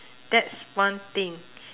that's one thing